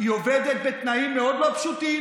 היא עובדת בתנאים מאוד לא פשוטים,